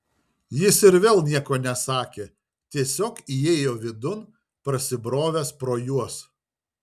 jis ir vėl nieko nesakė tiesiog įėjo vidun prasibrovęs pro juos